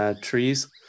trees